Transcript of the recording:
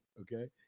Okay